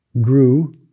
grew